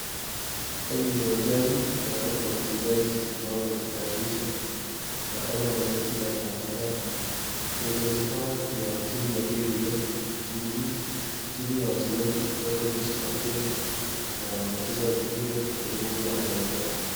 Hapa ni uwanjani na hapa kuna wachezaji ambao wanajitayarisha, wanafanya mazoezi kadhaa kadhaa, wachezaji hawa ni wa timu ya KDF, timu hii ni timu ya wachezaji kutoka jeshi la Kenya na wanacheza mpira kwa sababu ya talanta yao.